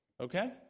Okay